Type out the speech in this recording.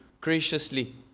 graciously